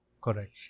correct